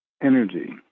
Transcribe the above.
energy